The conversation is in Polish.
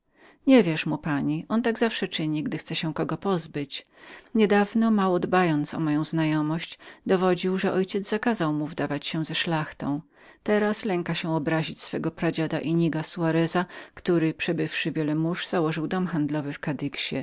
nie wierz mu pani on tak zawsze czyni gdy chce się kogo pozbyć niedawno mało dbając o moją znajomość dowodził że ojciec zakazał mu wdawać się ze szlachtą teraz lęka się obrazić swego pradziada inniga soarez który przebywszy wiele mórz założył dom handlowy